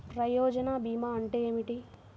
ప్రయోజన భీమా అంటే ఏమిటి?